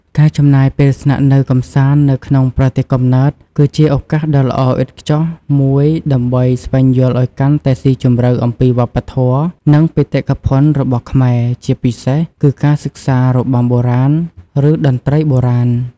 ការចំណាយពេលស្នាក់នៅកម្សាន្ត នៅក្នុងប្រទេសកំណើត គឺជាឱកាសដ៏ល្អឥតខ្ចោះមួយដើម្បីស្វែងយល់ឱ្យកាន់តែស៊ីជម្រៅអំពីវប្បធម៌ និងបេតិកភណ្ឌរបស់ខ្មែរ ជាពិសេសគឺការសិក្សា របាំបុរាណ ឬ តន្ត្រីបុរាណ។